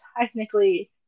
technically